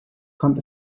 kommt